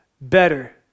better